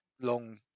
long